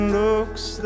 looks